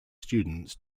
students